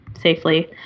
safely